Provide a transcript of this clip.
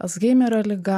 alzheimerio liga